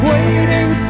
Waiting